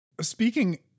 speaking